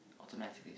automatically